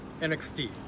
NXT